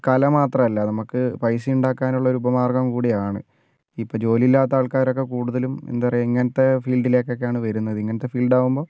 കല മാത്രമല്ല നമുക്ക് പൈസ ഉണ്ടാക്കാനുള്ള ഒരു ഉപമാർഗ്ഗം കൂടിയാണ് ഇപ്പോൾ ജോലിയില്ലാത്ത ആൾക്കാരൊക്കെ കൂടുതലും എന്താ പറയുക ഇങ്ങനത്തെയൊക്കെ ഫീൽഡിൽ ഒക്കെയാണ് വരുന്നത് ഇങ്ങനത്തെ ഫീൽഡ് ആകുമ്പോൾ